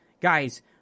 Guys